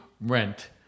rent